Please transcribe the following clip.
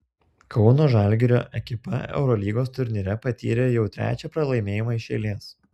kauno žalgirio ekipa eurolygos turnyre patyrė jau trečią pralaimėjimą iš eilės